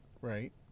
right